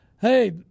Hey